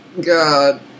God